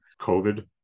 COVID